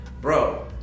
bro